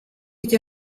icyo